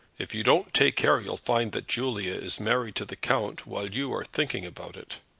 if you don't take care you'll find that julia is married to the count while you are thinking about it.